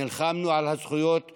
נלחמנו על הזכויות שלנו,